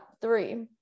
three